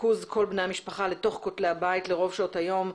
ריכוז כל בני המשפחה לתוך כותלי הבית לרוב שעות היום,